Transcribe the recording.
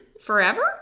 Forever